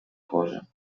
cosa